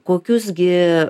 kokius gi